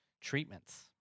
treatments